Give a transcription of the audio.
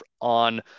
on